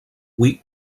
oui